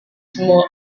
small